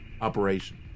operation